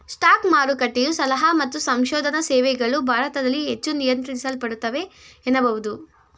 stock ಮಾರುಕಟ್ಟೆಯ ಸಲಹಾ ಮತ್ತು ಸಂಶೋಧನಾ ಸೇವೆಗಳು ಭಾರತದಲ್ಲಿ ಹೆಚ್ಚು ನಿಯಂತ್ರಿಸಲ್ಪಡುತ್ತವೆ ಎನ್ನಬಹುದು